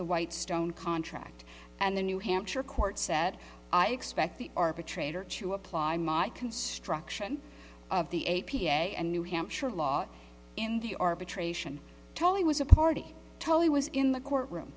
the whitestone contract and the new hampshire court said i expect the arbitrator to apply my construction of the a p a and new hampshire law in the arbitration tolly was a party tolly was in the courtroom